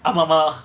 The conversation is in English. ஆமா மா:aama ma